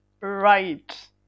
Right